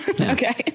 Okay